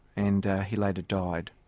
and he later died.